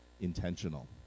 intentional